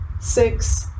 six